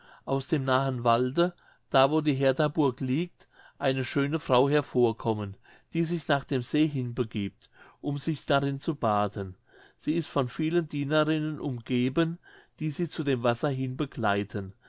aus dem nahen walde da wo die herthaburg liegt eine schöne frau hervorkommen die sich nach dem see hinbegibt um sich darin zu baden sie ist von vielen dienerinnen umgeben die sie zu dem wasser hinbegleiten